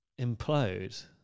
implode